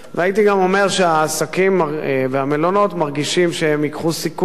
הייתי גם אומר שהעסקים והמלונות מרגישים שהם ייקחו סיכון,